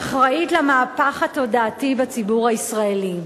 אחראית למהפך התודעתי בציבור הישראלי.